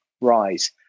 rise